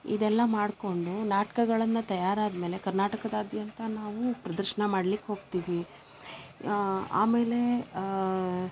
ಇದೆಲ್ಲ ಮಾಡ್ಕೊಂಡು ನಾಟ್ಕಗಳನ್ನ ತಯಾರಾದ್ಮೇಲೆ ಕರ್ನಾಟಕದಾದ್ಯಂತ ನಾವು ಪ್ರದರ್ಶನ ಮಾಡ್ಲಿಕ್ಕೆ ಹೋಗ್ತೀವಿ ಆಮೇಲೆ